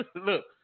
look